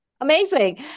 amazing